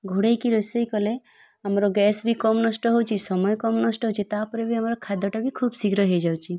ଘୋଡ଼େଇକି ରୋଷେଇ କଲେ ଆମର ଗ୍ୟାସ୍ ବି କମ୍ ନଷ୍ଟ ହେଉଛି ସମୟ କମ୍ ନଷ୍ଟ ହେଉଛି ତା'ପରେ ବି ଆମର ଖାଦ୍ୟଟା ବି ଖୁବ୍ ଶୀଘ୍ର ହୋଇଯାଉଛି